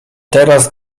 teraz